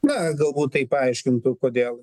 na galbūt tai paaiškintų kodėl